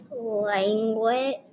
language